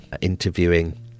interviewing